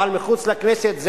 אבל מחוץ לכנסת,